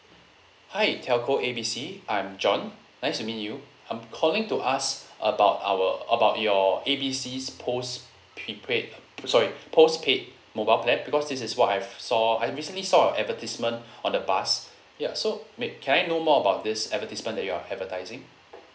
hi telco A B C I'm john nice to meet you I'm calling to ask about our about your A B C's post~ prepaid sorry postpaid mobile plan because this is what I've saw I recently so a advertisement on the bus ya so may can I know more about this advertisement that you're advertising